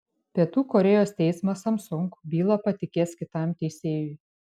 pietų korėjos teismas samsung bylą patikės kitam teisėjui